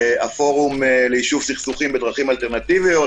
הפורום ליישוב סכסוכים בדרכים אלטרנטיביות,